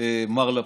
מר לפיד.